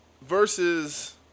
Versus